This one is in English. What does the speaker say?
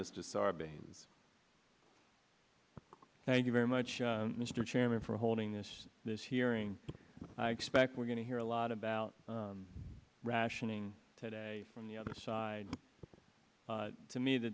mr sarbanes thank you very much mr chairman for holding this this hearing i expect we're going to hear a lot about rationing today from the other side to me the